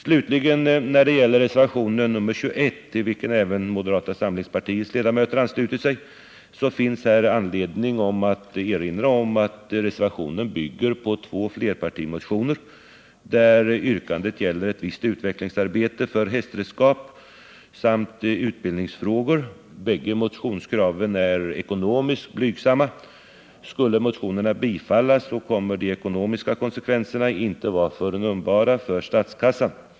Slutligen, när det gäller reservationen 21, till vilken även moderata samlingspartiets ledamöter anslutit sig, finns här anledning erinra om att reservationen bygger på två flerpartimotioner, där yrkandet gäller ett visst utveckiingsarbete för hästredskap samt utbildningsfrågor. Bägge motionskraven är ekonomiskt blygsamma. Skulle motionerna bifallas, kommer de ekonomiska konsekvenserna inte ens att vara förnimbara för statskassan.